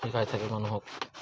শিকাই থাকে মানুহক